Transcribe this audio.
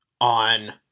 on